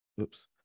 Oops